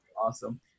Awesome